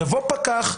יבוא פקח,